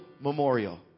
memorial